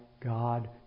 God